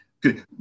good